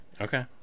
Okay